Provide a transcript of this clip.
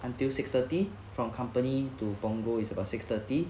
until six thirty from company to punggol is about six thirty